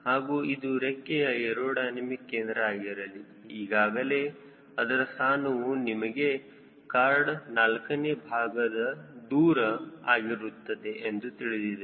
ಹಾಗೂ ಇದು ರೆಕ್ಕೆಯ ಏರೋಡೈನಮಿಕ್ ಕೇಂದ್ರ ಆಗಿರಲಿ ಈಗಾಗಲೇ ಅದರ ಸ್ಥಾನವು ನಿಮಗೆ ಖಾರ್ಡ್ ನಾಲ್ಕನೇ ಭಾಗದ ದೂರ ಆಗಿರುತ್ತದೆ ಎಂದು ತಿಳಿದಿದೆ